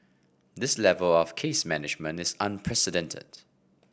this level of case management is unprecedented